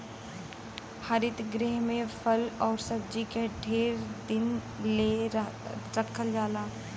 हरित गृह में फल आउर सब्जी के ढेर दिन ले रखल जाला